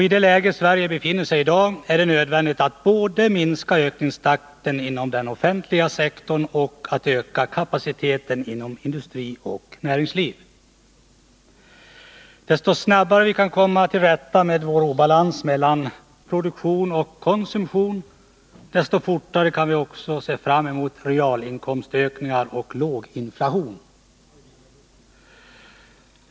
I det läge som Sverige i dag befinner sig i är det nödvändigt att både minska ökningstakten inom den offentliga sektorn och öka kapaciteten inom industrin och näringslivet. Ju snabbare vi kan komma till rätta med vår obalans mellan produktion och konsumtion, desto fortare kan vi också se fram mot realinkomstökningar och låg inflation.